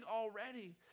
already